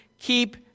keep